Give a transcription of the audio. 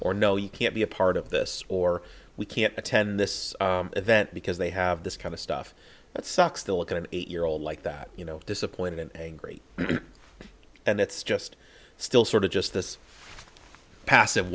or no you can't be a part of this or we can't attend this event because they have this kind of stuff that sucks they'll look at an eight year old like that you know disappointed and angry and it's just still sort of just this passive